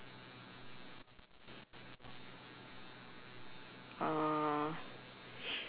uh